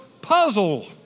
puzzle